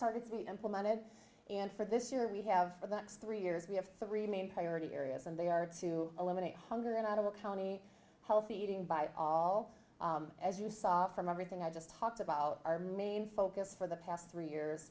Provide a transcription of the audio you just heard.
be implemented and for this year we have for the next three years we have three main priority areas and they are to eliminate hunger and out of a county healthy eating by all as you saw from everything i just talked about our main focus for the past three years